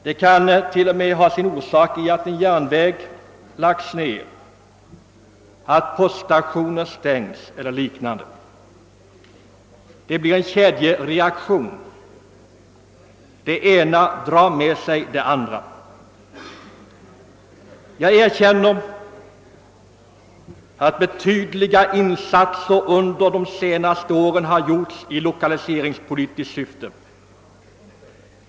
Det kan till och med ha sin orsak i att en järnväg lagts ned, att poststationen stängts eller liknande. Det blir en kedjereaktion. Det ena drar med sig det andra. Jag erkänner att betydande insatser under de senaste åren gjorts i lokaliseringspolitiskt syfte.